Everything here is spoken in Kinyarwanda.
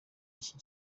iki